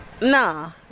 nah